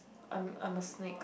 I'm I am a snake